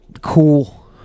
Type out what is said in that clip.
Cool